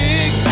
Big